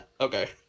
okay